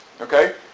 okay